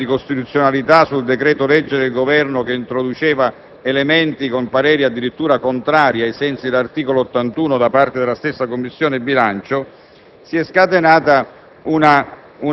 giustamente approvato la pregiudiziale di costituzionalità sul decreto-legge del Governo, che introduceva elementi con pareri addirittura contrari ai sensi dell'articolo 81 da parte della stessa Commissione bilancio,